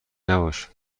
نباش